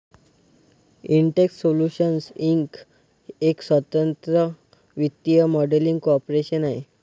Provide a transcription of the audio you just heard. Intex Solutions Inc एक स्वतंत्र वित्तीय मॉडेलिंग कॉर्पोरेशन आहे